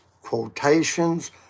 quotations